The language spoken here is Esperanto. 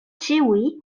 ĉiuj